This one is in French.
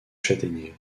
châtaignier